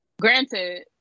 granted